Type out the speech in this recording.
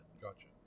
Gotcha